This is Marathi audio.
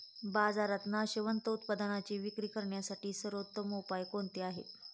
बाजारात नाशवंत उत्पादनांची विक्री करण्यासाठी सर्वोत्तम उपाय कोणते आहेत?